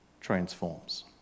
transforms